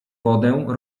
wodę